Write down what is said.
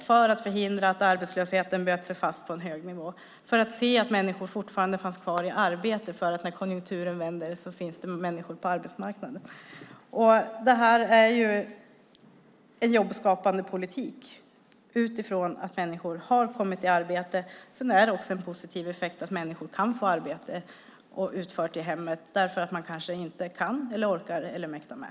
Det handlade om att förhindra att arbetslösheten bet sig fast på en hög nivå och om att se till att människor fortfarande fanns kvar i arbete. När konjunkturen vänder finns det då människor på arbetsmarknaden. Det här är jobbskapande politik, utifrån att människor har kommit i arbete. Sedan är det en positiv effekt att människor kan få arbete utfört i hemmet, eftersom de kanske inte kan eller orkar eller mäktar med.